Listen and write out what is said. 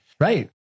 Right